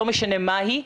לא משנה מה היא,